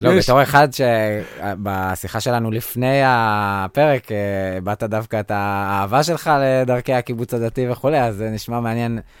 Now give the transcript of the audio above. לא, בתור אחד שבשיחה שלנו לפני הפרק הבעת דווקא את האהבה שלך לדרכי הקיבוץ הדתי וכולי, אז זה נשמע מעניין.